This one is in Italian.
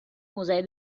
musei